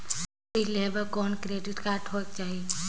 ऋण लेहे बर कौन क्रेडिट होयक चाही?